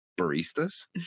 baristas